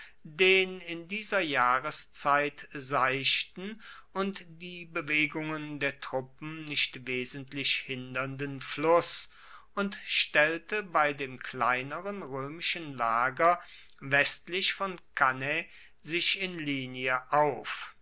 den in dieser jahreszeit seichten und die bewegungen der truppen nicht wesentlich hindernden fluss und stellte bei dem kleineren roemischen lager westlich von cannae sich in linie auf